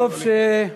נתנו לך לפני.